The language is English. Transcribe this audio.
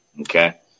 Okay